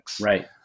right